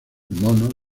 monos